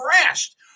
crashed